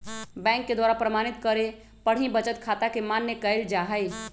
bank के द्वारा प्रमाणित करे पर ही बचत खाता के मान्य कईल जाहई